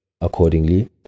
Accordingly